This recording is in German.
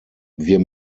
wir